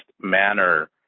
manner